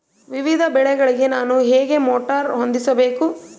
ವಿವಿಧ ಬೆಳೆಗಳಿಗೆ ನಾನು ಹೇಗೆ ಮೋಟಾರ್ ಹೊಂದಿಸಬೇಕು?